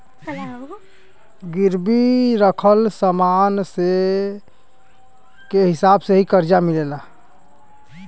गिरवी रखल समान के हिसाब से ही करजा मिलेला